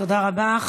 תודה רבה.